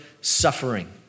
suffering